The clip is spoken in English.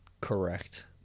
Correct